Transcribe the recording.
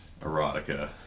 erotica